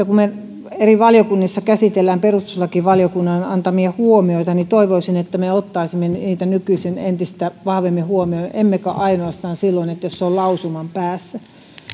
kun me eri valiokunnissa käsittelemme perustuslakivaliokunnan antamia huomioita niin toivoisin että me ottaisimme niitä nykyisin entistä vahvemmin huomioon emmekä ainoastaan silloin jos se on lausuman päässä